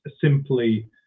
simply